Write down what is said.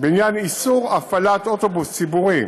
בעניין איסור הפעלת אוטובוס ציבורי